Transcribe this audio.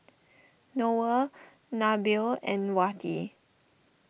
Noah Nabil and Wati